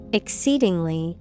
exceedingly